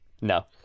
no